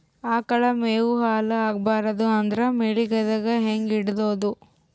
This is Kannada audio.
ಆಕಳ ಮೆವೊ ಹಾಳ ಆಗಬಾರದು ಅಂದ್ರ ಮಳಿಗೆದಾಗ ಹೆಂಗ ಇಡೊದೊ?